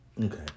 Okay